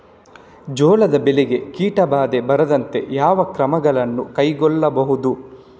ಜೋಳದ ಬೆಳೆಗೆ ಕೀಟಬಾಧೆ ಬಾರದಂತೆ ಯಾವ ಕ್ರಮಗಳನ್ನು ಕೈಗೊಳ್ಳಬಹುದು?